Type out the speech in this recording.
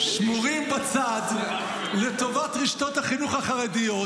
-- שמורים בצד לטובת רשתות החינוך החרדיות.